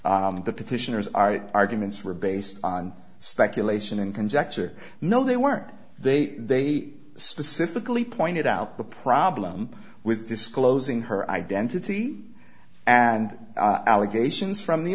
the petitioners our arguments were based on speculation and conjecture no they weren't they they specifically pointed out the problem with disclosing her identity and allegations from